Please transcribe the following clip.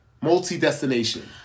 Multi-destination